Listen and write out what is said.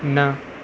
न